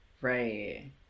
Right